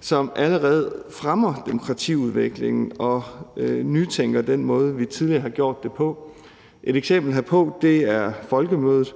som allerede fremmer demokratiudviklingen og nytænker den måde, vi tidligere har gjort det på. Et eksempel herpå er folkemødet.